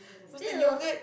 still